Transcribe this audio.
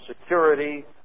security